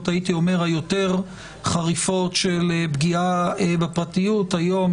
היותר חריפות של פגיעה בפרטיות היום,